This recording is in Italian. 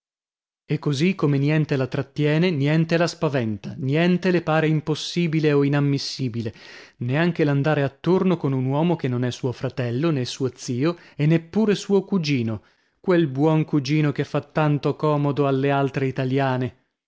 e così come niente la trattiene niente la spaventa niente le pare impossibile o inammissibile neanche l'andare attorno con un uomo che non è suo fratello nè suo zio e neppure suo cugino quel buon cugino che fa tanto comodo alle altre italiane